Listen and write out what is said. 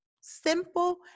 simple